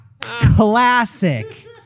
Classic